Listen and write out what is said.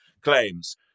claims